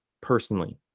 personally